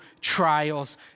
trials